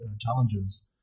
challenges